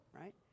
right